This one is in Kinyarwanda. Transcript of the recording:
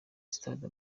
stade